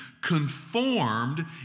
conformed